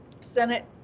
Senate